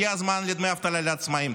הגיע הזמן לדמי אבטלה לעצמאים.